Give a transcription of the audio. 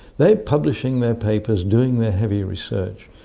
they're publishing their papers, doing their heavy research.